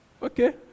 Okay